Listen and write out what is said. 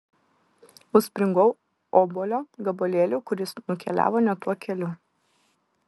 užspringau obuolio gabalėliu kuris nukeliavo ne tuo keliu